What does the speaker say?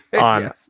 on